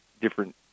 different